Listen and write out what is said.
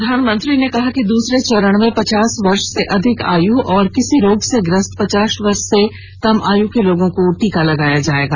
प्रधानमंत्री ने कहा कि दूसरे चरण में पचास वर्ष से अधिक आयु और किसी रोग से ग्रस्त पचास वर्ष से कम आयु के लोगों को टीका लगाया जाएगा